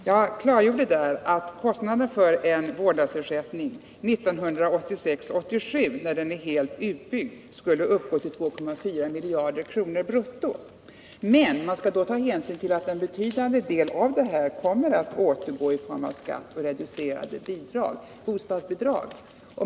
Jag klargjorde där att kostnaden för en vårdnadsersättning 1986/87, när den är helt utbyggd, skulle uppgå till 2,4 miljarder kronor brutto. Men man skall då ta hänsyn till att en betydande del av de här pengarna kommer att återgå i form av skatt och reducerade bostadsbidrag.